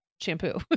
shampoo